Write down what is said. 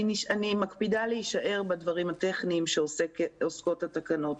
אני מקפידה להישאר בדברים הטכניים שעוסקות בהם התקנות,